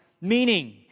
meaning